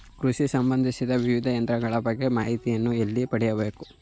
ಕೃಷಿ ಸಂಬಂದಿಸಿದ ವಿವಿಧ ಯಂತ್ರಗಳ ಬಗ್ಗೆ ಮಾಹಿತಿಯನ್ನು ಎಲ್ಲಿ ಪಡೆಯಬೇಕು?